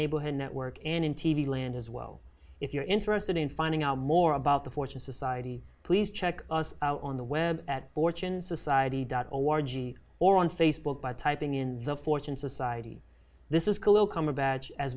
neighborhood network and in t v land as well if you're interested in finding out more about the fortune society please check us out on the web at fortune society dot org or on facebook by typing in the fortune society this is